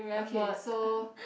okay so